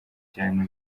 cyane